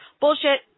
bullshit